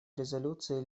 резолюции